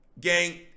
Gang